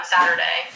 Saturday